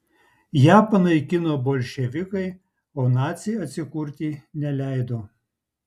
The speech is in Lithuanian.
ją panaikino bolševikai o naciai atsikurti neleido